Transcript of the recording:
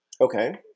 Okay